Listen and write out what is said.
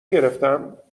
گرفتم